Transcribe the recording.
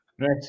Right